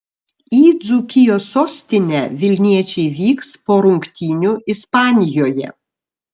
į dzūkijos sostinę vilniečiai vyks po rungtynių ispanijoje